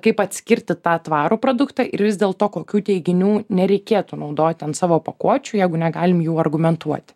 kaip atskirti tą tvarų produktą ir vis dėlto kokių teiginių nereikėtų naudoti ant savo pakuočių jeigu negalim jų argumentuoti